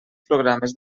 programes